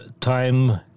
time